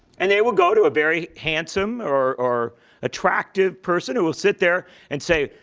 and they will go to a very handsome or or attractive person who will sit there and say,